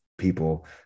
people